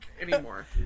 anymore